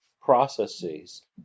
processes